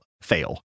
fail